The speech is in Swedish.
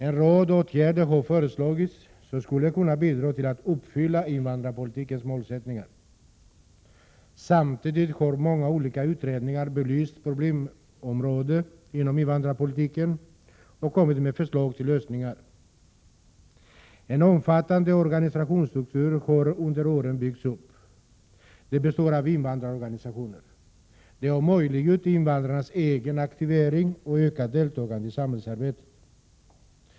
En rad åtgärder har föreslagits som skulle kunna bidra till att uppfylla invandrarpolitikens målsättningar. Samtidigt har många olika utredningar belyst problemområdet inom invandrarpolitiken och kommit med förslag till lösningar. En omfattande organisationsstruktur har under åren byggts upp. Den består av invandrarorganisationer. De har möjliggjort invandrarnas egenaktiviteter och ökat deras deltagande i samhällsarbetet.